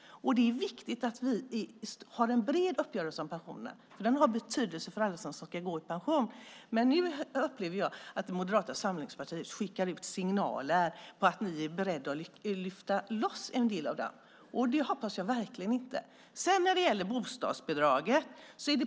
Det är viktigt att vi har en bred uppgörelse om pensionerna. Det har betydelse för alla som ska gå i pension. Nu upplever jag att Moderata samlingspartiet skickar ut signaler om att ni är beredda att lyfta loss en del av detta. Jag hoppas verkligen inte att det är så.